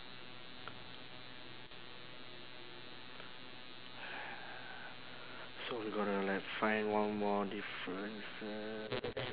so we got to like find one more differences